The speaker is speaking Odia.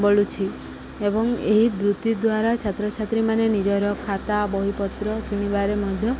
ବଳୁଛି ଏବଂ ଏହି ବୃତ୍ତି ଦ୍ୱାରା ଛାତ୍ରଛାତ୍ରୀମାନେ ନିଜର ଖାତା ବହିପତ୍ର କିଣିବାରେ ମଧ୍ୟ